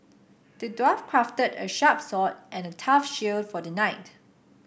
the dwarf crafted a sharp sword and a tough shield for the knight